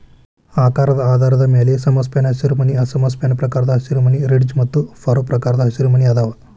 ಆಕಾರದ ಆಧಾರದ ಮ್ಯಾಲೆ ಸಮಸ್ಪ್ಯಾನ್ ಹಸಿರುಮನಿ ಅಸಮ ಸ್ಪ್ಯಾನ್ ಪ್ರಕಾರದ ಹಸಿರುಮನಿ, ರಿಡ್ಜ್ ಮತ್ತು ಫರೋ ಪ್ರಕಾರದ ಹಸಿರುಮನಿ ಅದಾವ